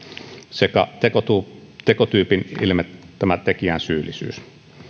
sekä tekotyypin tekotyypin ilmentämä tekijän syyllisyys